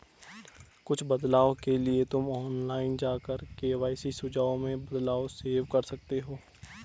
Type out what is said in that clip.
कुछ बदलाव के लिए तुम ऑनलाइन जाकर के.वाई.सी सुझाव में बदलाव सेव कर सकते हो